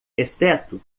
exceto